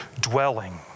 dwelling